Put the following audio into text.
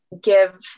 give